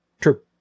True